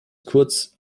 kurz